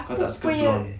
kau tak suka blonde